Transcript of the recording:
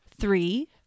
three